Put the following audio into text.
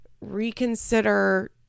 reconsider